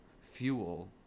fuel